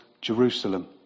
Jerusalem